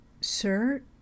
sir